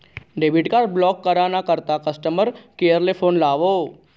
debit card block करा ना करता कस्टमर केअर ले फोन लावो